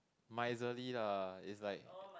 miserly lah is like